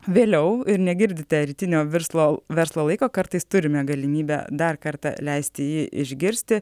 vėliau ir negirdite rytinio verslo verslo laiko kartais turime galimybę dar kartą leisti jį išgirsti